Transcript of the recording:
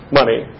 money